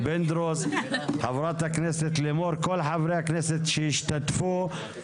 לחבר הכנסת יצחק פינדרוס,